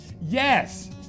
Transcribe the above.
Yes